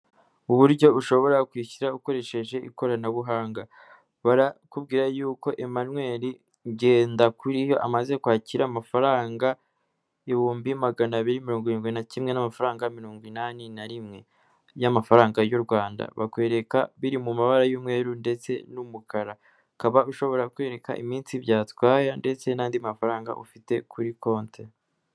Uburyo ushobora kwishyura ukoresheje ikoranabuhanga barakubwira yuko Emmanuel Ngendakuriyo amaze kwakira amafaranga ibihumbi magana biri mirongo irindwi na kimwe n'amafaranga mirongo inani na rimwe y'amafaranga y'u Rwanda, bakwereka biri mu mabara y'umweru ndetse n'umukara ukaba ushobora kwereka iminsi byatwaye ndetse n'andi mafaranga ufite kuri konti.